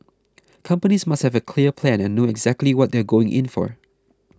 companies must have a clear plan and know exactly what they are going in for